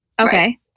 Okay